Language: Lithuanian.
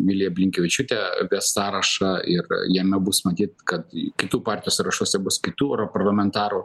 vilija blinkevičiūtė apie sąrašą ir jame bus matyt kad į kitų partijų sąrašuose bus kitų europarlamentarų